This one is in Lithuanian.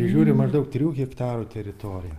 prižiūriu maždaug trijų hektarų teritoriją